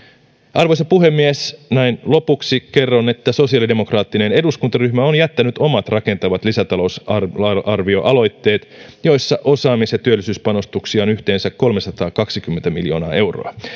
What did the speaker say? arvoisa puhemies näin lopuksi kerron että sosiaalidemokraattinen eduskuntaryhmä on on jättänyt omat rakentavat lisätalousarvioaloitteet joissa osaamis ja työllisyyspanostuksia on yhteensä kolmesataakaksikymmentä miljoonaa euroa